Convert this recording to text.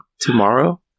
Tomorrow